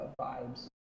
vibes